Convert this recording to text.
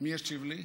מי ישיב לי?